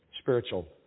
spiritual